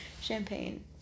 champagne